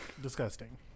Disgusting